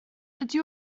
ydy